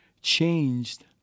changed